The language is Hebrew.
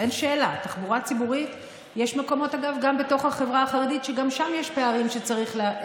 שאילתה נוספת או לשלוח מכתב נוסף או להביע את הדברים שלך.